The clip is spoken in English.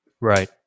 right